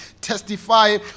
testify